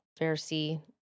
Pharisee